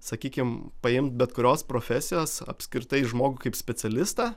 sakykim paimt bet kurios profesijos apskritai žmogų kaip specialistą